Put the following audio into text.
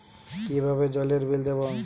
কিভাবে জলের বিল দেবো?